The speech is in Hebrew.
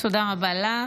תודה רבה לך.